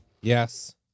Yes